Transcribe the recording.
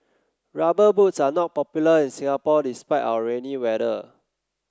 rubber boots are not popular in Singapore despite our rainy weather